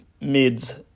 mids